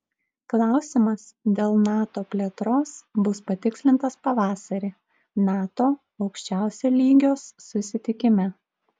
klausimas dėl nato plėtros bus patikslintas pavasarį nato aukščiausio lygios susitikime